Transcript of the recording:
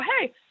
hey